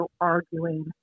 arguing